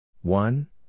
One